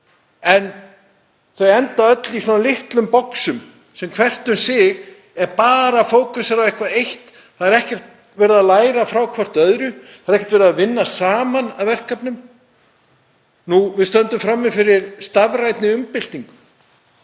en þau enda öll í svona litlum boxum sem hvert um sig er bara að fókusera á eitthvað eitt. Þau eru ekkert að læra hvert af öðru, það er ekkert verið að vinna saman að verkefnum. Við stöndum frammi fyrir stafrænni umbyltingu